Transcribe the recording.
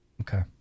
Okay